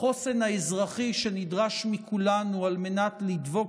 לחוסן האזרחי שנדרש מכולנו על מנת לדבוק